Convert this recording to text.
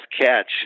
catch